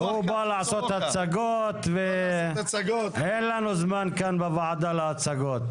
הוא בא לעשות הצגות ואין לנו זמן כאן בוועדה להצגות.